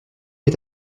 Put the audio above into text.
est